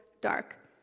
dark